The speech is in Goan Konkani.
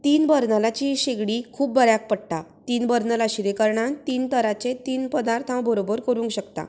तीन बर्नलाची शेगडी खूब बऱ्याक पडटा तीन बर्नल आशिल्ले कारणान तीन तरांचेर तीन पदार्थ हांव बरोबर करूंक शकता